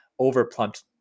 overplumped